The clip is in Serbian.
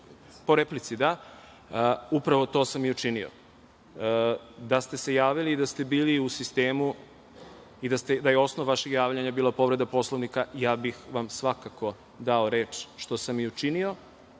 po replici, upravo to sam i učinio. Da ste se javili i da ste bili u sistemu i da je osnov vašeg javljanja bila povreda Poslovnika, svakako bih vam dao reč, što sam i učinio